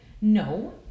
No